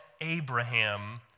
Abraham